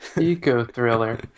Eco-thriller